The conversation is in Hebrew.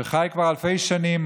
שחי כבר אלפי שנים,